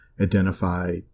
identify